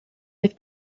oedd